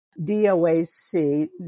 DOAC